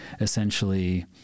essentially